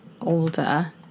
older